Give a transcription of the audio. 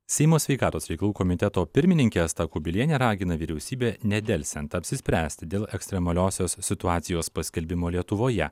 seimo sveikatos reikalų komiteto pirmininkė asta kubilienė ragina vyriausybę nedelsiant apsispręsti dėl ekstremaliosios situacijos paskelbimo lietuvoje